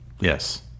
Yes